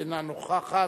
אינה נוכחת.